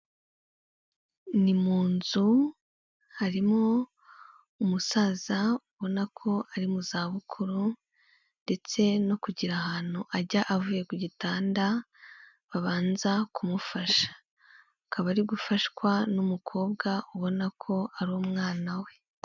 Ni mu nzu harimo umusaza ubona ko ari mu zabukuru, ndetse no kugira ahantu ajya avuye ku gitanda, babanza kumufasha. Akaba ari gufashwa n'umukobwa ubona ko ari umwana we.